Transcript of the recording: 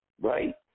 Right